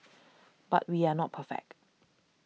but we are not perfect